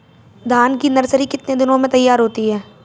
धान की नर्सरी कितने दिनों में तैयार होती है?